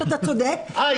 שאתה צודק --- אה,